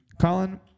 Colin